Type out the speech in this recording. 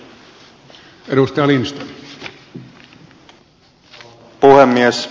arvoisa puhemies